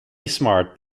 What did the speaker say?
smart